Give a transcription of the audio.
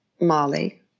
Molly